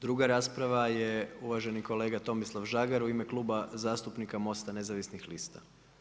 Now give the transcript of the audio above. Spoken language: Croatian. Druga rasprava je uvaženi kolega Tomislav Žagar, u ime Kluba zastupnika MOST-a nezavisnih lista.